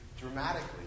dramatically